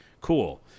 Cool